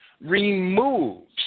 removes